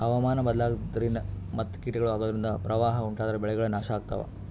ಹವಾಮಾನ್ ಬದ್ಲಾಗದ್ರಿನ್ದ ಮತ್ ಕೀಟಗಳು ಅಗೋದ್ರಿಂದ ಪ್ರವಾಹ್ ಉಂಟಾದ್ರ ಬೆಳೆಗಳ್ ನಾಶ್ ಆಗ್ತಾವ